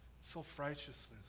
self-righteousness